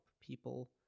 people